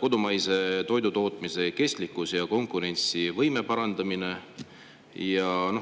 kodumaise toidutootmise kestlikkus ja konkurentsivõime parandamine.